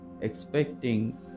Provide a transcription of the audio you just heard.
expecting